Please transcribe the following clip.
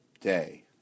day